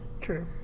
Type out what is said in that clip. True